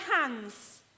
hands